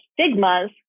stigmas